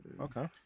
Okay